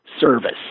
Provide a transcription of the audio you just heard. Service